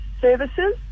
services